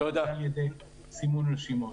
לא על ידי סימון רשימות.